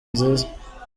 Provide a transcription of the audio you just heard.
nziza